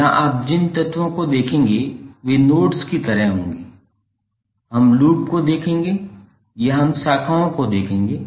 यहां आप जिन तत्वों को देखेंगे वे नोड्स की तरह होंगे हम छोरों को देखेंगे या हम शाखाओं को देखेंगे